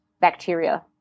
bacteria